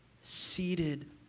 seated